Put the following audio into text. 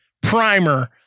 primer